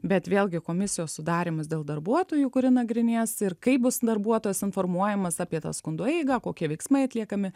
bet vėlgi komisijos sudarymas dėl darbuotojų kuri nagrinės ir kaip bus darbuotojas informuojamas apie tą skundo eigą kokie veiksmai atliekami